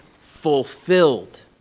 fulfilled